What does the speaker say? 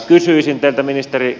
kysyisin teiltä ministeri